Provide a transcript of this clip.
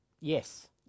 yes